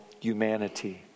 humanity